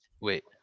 wait